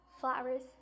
flowers